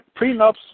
prenups